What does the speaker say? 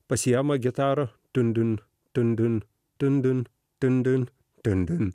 pasiima gitarą din din din din din din din din din din